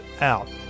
out